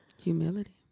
Humility